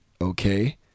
Okay